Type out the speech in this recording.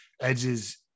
Edge's